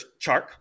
Chark